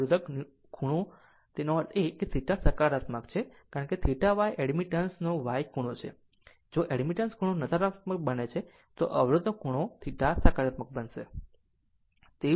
અને અવરોધ ખૂણો તેનો અર્થ એ કે θ સકારાત્મક છે કારણ કે તે θ Y એડમિટન્સ નો Y ખૂણો છે જો એડમિટન્સ ખૂણો નકારાત્મક બને છે તો અવરોધનો ખૂણો θ સકારાત્મક બનશે